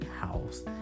house